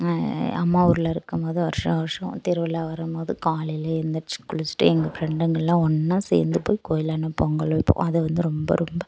அம்மா ஊரில் இருக்கும் போது வருஷா வருஷம் திருவிழா வரும் போது காலையிலே எழுந்திரிச்சி குளிச்சுட்டு எங்கள் ஃபிரெண்டுங்களாம் ஒன்றா சேர்ந்து போய் கோவிலான்ன பொங்கல் வைப்போம் அது வந்து ரொம்ப ரொம்ப